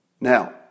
Now